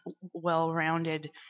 well-rounded